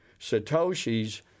Satoshis